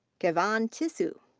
kevan tissue.